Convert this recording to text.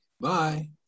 Bye